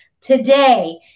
today